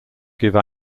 give